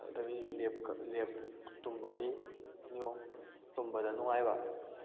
ꯑꯗꯒꯤ ꯇꯨꯝꯕꯒꯤ ꯅꯤꯌꯣꯝ ꯇꯨꯝꯕꯗ ꯅꯨꯡꯉꯥꯏꯕ